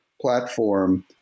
platform